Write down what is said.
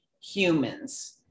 humans